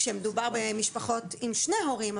כשמדובר במשפחות עם שני הורים,